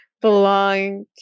belong